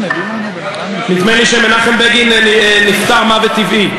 נדמה לי שמנחם בגין נפטר מוות טבעי.